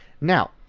Now